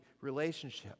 relationship